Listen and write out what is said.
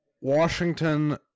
Washington